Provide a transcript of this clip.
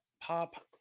pop